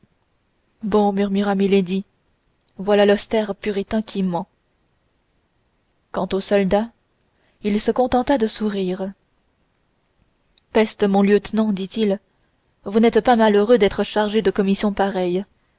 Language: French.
bon murmura milady voilà l'austère puritain qui ment quant au soldat il se contenta de sourire peste mon lieutenant dit-il vous n'êtes pas malheureux d'être chargé de commissions pareilles